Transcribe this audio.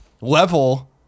level